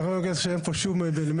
אני יכול להגיד לך שאין פה שום אלמנטים.